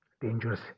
Dangerous